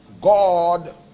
God